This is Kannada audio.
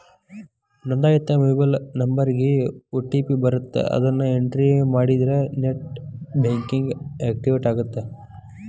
ನೋಂದಾಯಿತ ಮೊಬೈಲ್ ನಂಬರ್ಗಿ ಓ.ಟಿ.ಪಿ ಬರತ್ತ ಅದನ್ನ ಎಂಟ್ರಿ ಮಾಡಿದ್ರ ನೆಟ್ ಬ್ಯಾಂಕಿಂಗ್ ಆಕ್ಟಿವೇಟ್ ಆಗತ್ತ